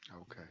Okay